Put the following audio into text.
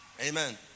Amen